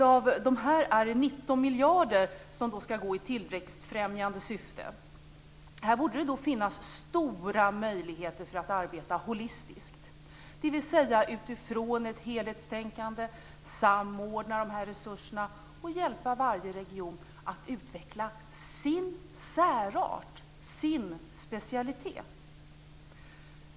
Av de pengarna ska 19 miljarder vara i tillväxtfrämjande syfte. Här borde det finnas stora möjligheter för att arbeta holistiskt, dvs. utifrån ett helhetstänkande samordna resurserna och hjälpa varje region att utveckla sin särart, sin specialitet.